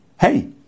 Hey